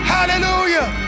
Hallelujah